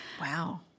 Wow